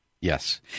Yes